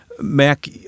Mac